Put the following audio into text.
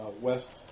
west